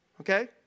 Okay